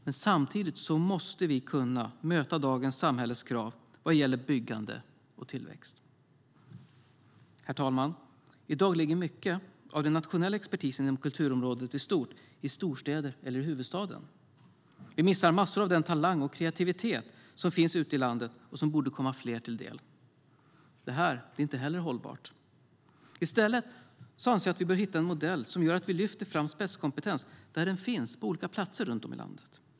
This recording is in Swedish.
Men samtidigt måste vi kunna möta dagens samhälles krav vad gäller byggande och tillväxt. Herr talman! I dag ligger mycket av den nationella expertisen inom kulturområdet i stort i storstäder eller i huvudstaden. Vi missar massor av den talang och kreativitet som finns ute i landet och som borde komma fler till del. Det är inte heller hållbart. I stället bör vi hitta en modell som gör att vi lyfter fram spetskompetens där den finns på olika platser i landet.